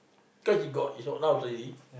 cause you got is allowed to leave